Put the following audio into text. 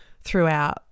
throughout